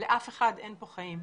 לאף אחד אין פה חיים.